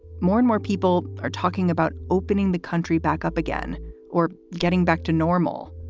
more and more people are talking about opening the country back up again or getting back to normal.